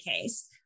case